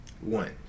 One